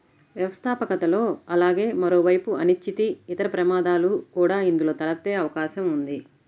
వ్యవస్థాపకతలో అలాగే మరోవైపు అనిశ్చితి, ఇతర ప్రమాదాలు కూడా ఇందులో తలెత్తే అవకాశం ఉంది